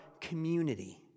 community